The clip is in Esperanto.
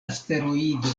asteroido